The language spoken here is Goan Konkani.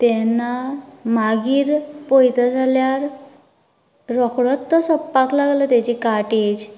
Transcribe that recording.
तेन्ना मागीर पळयता जाल्यार रोखडोच तो सोंपपाक लागलो तेजी कार्टेज